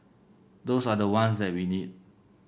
those are the ones that we need